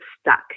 stuck